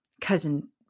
Cousin